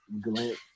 glance